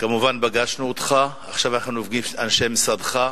כמובן פגשנו אותך, ועכשיו ניפגש עם אנשי משרדך.